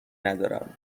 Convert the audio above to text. ندارم